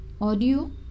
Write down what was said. audio